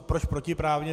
Proč protiprávně?